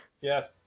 Yes